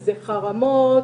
חרמות,